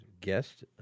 guest